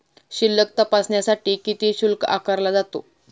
शिल्लक तपासण्यासाठी किती शुल्क आकारला जातो?